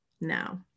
now